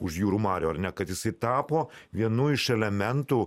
už jūrų marių ar ne kad jisai tapo vienu iš elementų